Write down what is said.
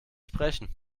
sprechen